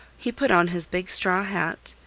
he put on his big straw hat,